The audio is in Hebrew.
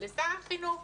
לשר החינוך.